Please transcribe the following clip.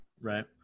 Right